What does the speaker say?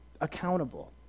accountable